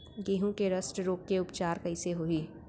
गेहूँ के रस्ट रोग के उपचार कइसे होही?